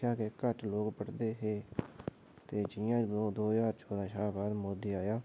आखेआ जा ते घट्ट लोक पढदे हे ते जि'यां दो ज्हार चौदां शा मोदी आया